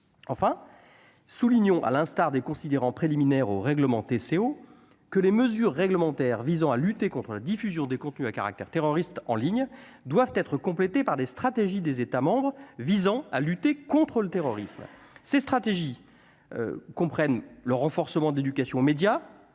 enfin soulignons à l'instar des considérants préliminaire au réglementés CO que les mesures réglementaires visant à lutter contre la diffusion des contenus à caractère terroriste en ligne doivent être complétées par des stratégies des États, visant à lutter contre le terrorisme, ces stratégies comprennent : le renforcement de l'éducation aux médias